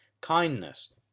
kindness